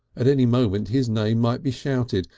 at any moment his name might be shouted,